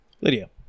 Lydia